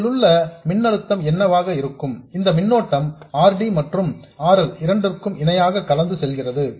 இதிலுள்ள மின்னழுத்தம் என்னவாக இருக்கும் இந்த மின்னோட்டம் R D மற்றும் R L இரண்டிற்கும் இணையாக கலந்து செல்கிறது